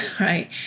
right